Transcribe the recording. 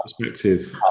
perspective